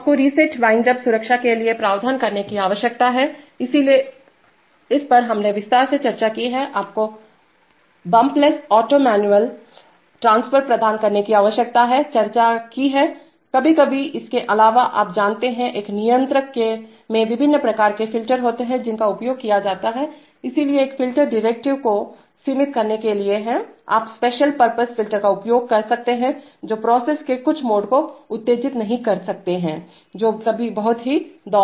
तो आपको reset windup सुरक्षा के लिए प्रावधान करने की आवश्यकता हैइस पर हमने विस्तार से चर्चा की हैआपको bumpless auto manual manual transfer प्रदान करने की आवश्यकता है चर्चा की हैकभी कभी इसके अलावाआप जानते हैंएक नियंत्रक में विभिन्न प्रकार के फिल्टर होते हैं जिनका उपयोग किया जाता है इसलिए एक फ़िल्टर डेरिवेटिव को सीमित करने के लिए है आप स्पेशल पर्पस फ़िल्टर का उपयोग कर सकते हैं जो प्रोसेस के कुछ मोड को उत्तेजित नहीं कर सकते हैं जो बहुत ही दोलन हैं